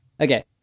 Okay